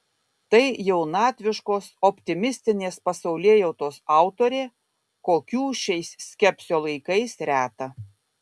tai jaunatviškos optimistinės pasaulėjautos autorė kokių šiais skepsio laikais reta